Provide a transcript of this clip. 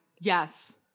yes